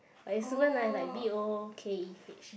but is super nice like B_O_O_K_E_H